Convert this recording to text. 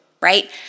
right